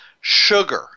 sugar